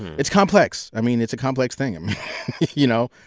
it's complex. i mean, it's a complex thing. i you know?